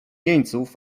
jeńców